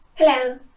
Hello